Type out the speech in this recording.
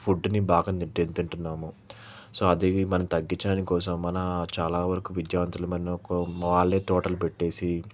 ఫుడ్ని బాగా తింటున్నాము సో అది మనం తగ్గించాడాని కోసం మనా చాలా వరకు విద్యావంతులు మనకు వాళ్ళే తోటలు పెట్టేసి